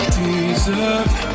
deserve